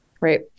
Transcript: Right